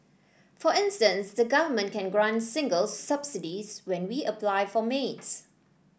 for instance the Government can grant singles subsidies when we apply for maids